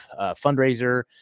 fundraiser